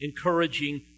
encouraging